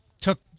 took